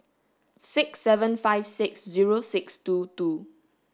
six seven five six zero six two two